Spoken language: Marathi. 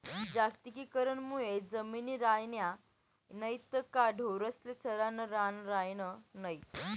जागतिकीकरण मुये जमिनी रायन्या नैत का ढोरेस्ले चरानं रान रायनं नै